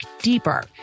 deeper